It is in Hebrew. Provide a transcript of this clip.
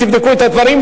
תבדקו את הדברים,